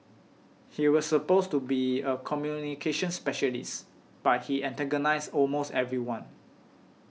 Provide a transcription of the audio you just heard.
he was supposed to be a communications specialist but he antagonised almost everyone